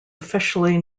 officially